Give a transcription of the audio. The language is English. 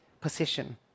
position